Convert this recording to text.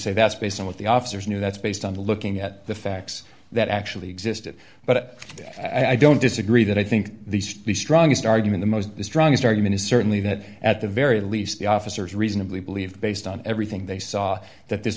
say that's based on what the officers knew that's based on looking at the facts that actually existed but i don't disagree that i think the strongest argument the most the strongest argument is certainly that at the very least the officers reasonably believed based on everything they saw that this